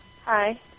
Hi